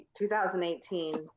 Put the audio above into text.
2018